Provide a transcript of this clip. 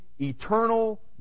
eternal